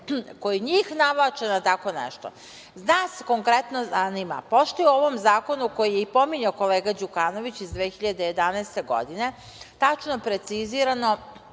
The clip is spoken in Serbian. koji njih navlače na tako nešto. Nas konkretno zanima, pošto je u ovom zakonu koji je pominjao i kolega Đukanović iz 2011. godine tačno precizirano